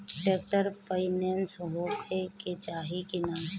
Tractor पाईनेस होखे के चाही कि ना?